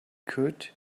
could